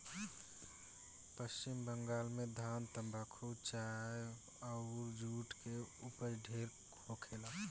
पश्चिम बंगाल में धान, तम्बाकू, चाय अउर जुट के ऊपज ढेरे होखेला